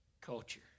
culture